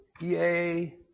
Yay